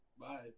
Bye